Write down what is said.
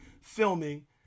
filming